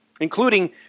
Including